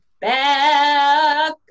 back